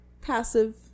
Passive